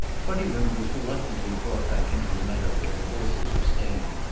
twentyman was reluctantly brought back into the meadow where the horses were standing,